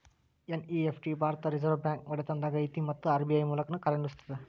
NEFT ಭಾರತದ್ reserve bank ಒಡೆತನದಾಗ ಐತಿ ಮತ್ತ ಆರ್.ಬಿ.ಐ ಮೂಲಕನ ಕಾರ್ಯನಿರ್ವಹಿಸ್ತದ